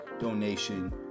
donation